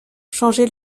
changer